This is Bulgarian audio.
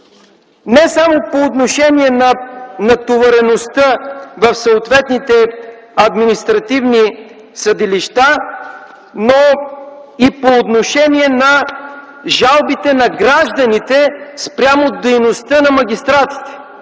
не само по отношение на натовареността в съответните административни съдилища, но и по отношение на жалбите на гражданите спрямо дейността на магистратите.